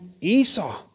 Esau